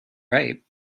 right